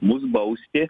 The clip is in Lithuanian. mus bausti